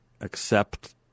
accept